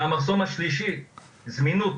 והמחסום השלישי, זמינות